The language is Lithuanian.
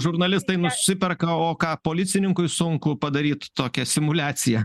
žurnalistai nusiperka o ką policininkui sunku padaryt tokią simuliaciją